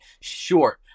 short